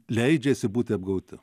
leidžiasi būti apgauti